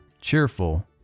cheerful